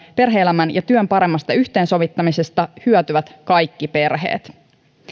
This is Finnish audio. perhe elämän ja työn paremmasta yhteensovittamisesta hyötyvät kaikki perheet